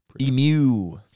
Emu